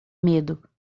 medo